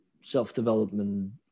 self-development